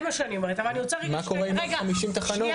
מה קורה עם עוד 50 תחנות?